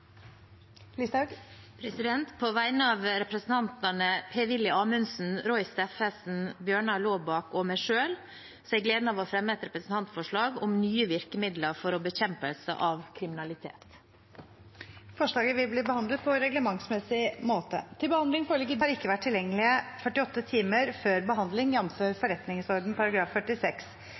Listhaug vil fremsette et representantforslag. På vegne av representantene Per-Willy Amundsen, Roy Steffensen, Bjørnar Laabak og meg selv har jeg gleden av å fremme et representantforslag om nye virkemidler for bekjempelse av kriminalitet. Forslaget vil bli behandlet på reglementsmessig måte. Innstillingene i sakene nr. 1–5 har ikke vært tilgjengelige i 48 timer før behandling, jf. Stortingets forretningsorden § 46,